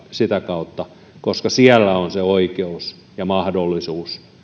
sitä kautta koska siellä on se oikeus ja mahdollisuus